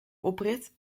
oprit